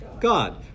God